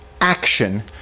action